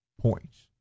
points